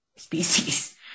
species